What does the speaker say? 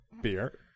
beer